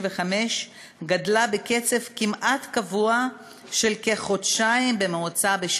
גדלה בקצב כמעט קבוע של כחודשיים בשנה בממוצע.